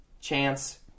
Chance